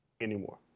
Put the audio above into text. anymore